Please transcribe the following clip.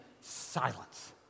silence